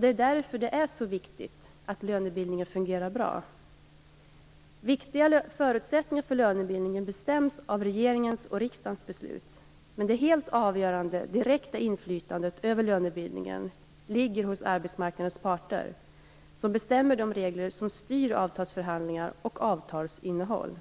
Det är därför det är så viktigt att lönebildningen fungerar bra. Viktiga förutsättningar för lönebildningen bestäms av regeringens och riksdagens beslut. Men det helt avgörande, direkta, inflytandet över lönebildningen ligger hos arbetsmarknadens parter. De bestämmer de regler som styr avtalsförhandlingar och avtalsinnehåll.